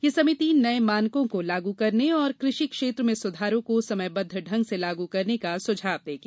यह समिति नये मानकों को लागू करने और कृषि क्षेत्र में सुधारों को समयबद्व ढंग से लागू करने का सुझाव देगी